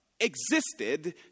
existed